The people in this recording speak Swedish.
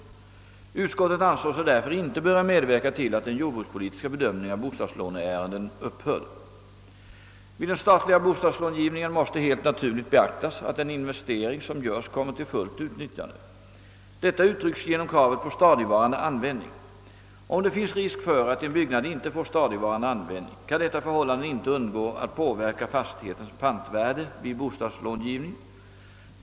Utskottet ansåg sig därför inte böra medverka till att den jordbrukspolitiska bedömningen av bostadslåneärendena upphörde. Vid den statliga bostadslångivningen måste helt naturligt beaktas, att den investering som görs kommer till fullt utnyttjande. Detta uttrycks genom kravet på stadigvarande användning. Om det finns risk för att en byggnad inte får stadigvarande användning, kan detta förhållande inte undgå att påverka fastighetens pantvärde vid bostadslångivning.